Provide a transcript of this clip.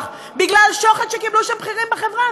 בגלל שוחד שקיבלו שם בכירים בחברה.